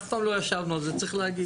אף פעם לא ישבנו על זה צריך להגיד.